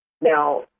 Now